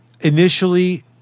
initially